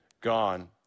gone